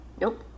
nope